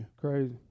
Crazy